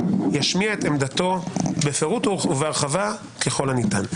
ישמיע את עמדתו בפירוט ובהרחבה ככל הניתן.